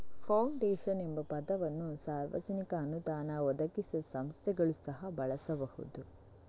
foundation ಎಂಬ ಪದವನ್ನು ಸಾರ್ವಜನಿಕ ಅನುದಾನ ಒದಗಿಸದ ಸಂಸ್ಥೆಗಳು ಸಹ ಬಳಸಬಹುದು